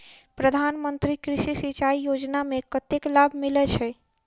प्रधान मंत्री कृषि सिंचाई योजना मे कतेक लाभ मिलय छै?